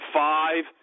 five